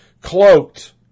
cloaked